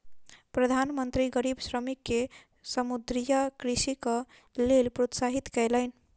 प्रधान मंत्री गरीब श्रमिक के समुद्रीय कृषिक लेल प्रोत्साहित कयलैन